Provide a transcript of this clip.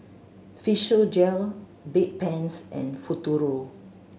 Physiogel Bedpans and Futuro